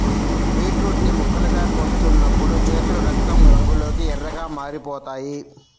beetroot ని ముక్కలుగా కోస్తున్నప్పుడు చేతులు రక్తం రంగులోకి ఎర్రగా మారిపోతాయి